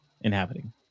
inhabiting